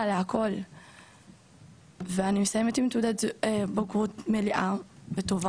להכול ואני מסיימת עם תעודת בגרות מלאה וטובה.